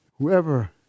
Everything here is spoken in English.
Whoever